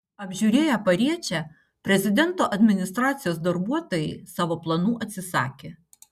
apžiūrėję pariečę prezidento administracijos darbuotojai savo planų atsisakė